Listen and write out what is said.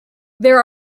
there